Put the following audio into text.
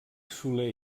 soler